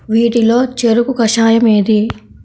వీటిలో చెరకు కషాయం ఏది?